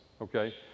okay